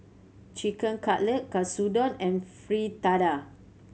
Chicken Cutlet Katsudon and Fritada